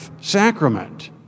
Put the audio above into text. sacrament